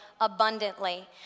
abundantly